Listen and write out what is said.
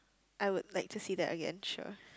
I would like to see that again sure